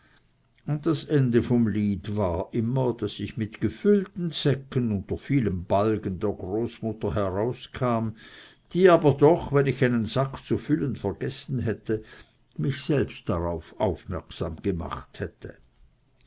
und das ende vom lied war immer daß ich mit gefüllten säcken unter vielem balgen der großmutter herauskam die aber doch wenn ich einen sack zu füllen vergessen hätte mich selbst darauf aufmerksam gemacht hätte